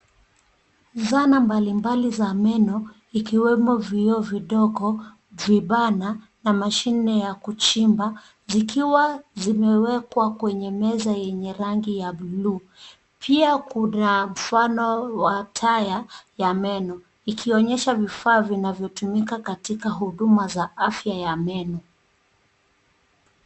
Zana mbalimbali za meno ikiwemo vioo vidogo, vibana na mashine ya kuchimba zikiwa zimewekwa kwenye meza yenye rangi ya bluu pia kuna mfano wa taa ya meno ikionyesha vifaa vinavyotumika katika huduma za afya ya meno.